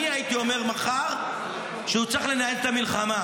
אני הייתי אומר מחר שהוא צריך לנהל את המלחמה.